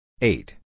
Eight